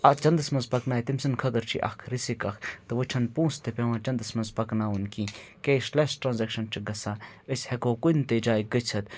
اَتھ چَندَس منٛز پَکنایہِ تٔمۍ سٕنٛدِ خٲطرٕ چھِ اَکھ رِسِک اَکھ تہٕ وٕچھان پونٛسہٕ تہِ پٮ۪وان چَندَس منٛز پَکناؤنۍ کِہیٖنۍ کیش لیٚس ٹرٛانزیکشَن چھِ گژھان أسۍ ہیٚکو کُنہِ تہِ جایہِ گٔژھِتھ